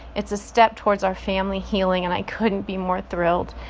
it's a step towards our family healing, and i couldn't be more thrilled.